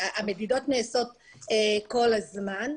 המדידות נעשות כל הזמן.